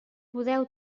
podeu